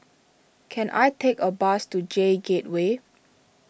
can I take a bus to J Gateway